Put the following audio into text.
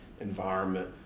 environment